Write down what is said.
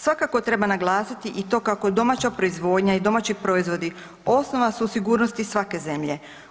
Svakako treba naglasiti i to kako domaća proizvodnja i domaći proizvodi osnova su sigurnosti svake zemlje.